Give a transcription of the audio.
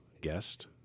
guest